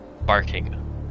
barking